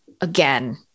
again